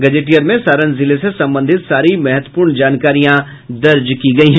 gazetteer में सारण जिले से संबंधित सारी महत्वपूर्ण जानकारियां दर्ज की गई है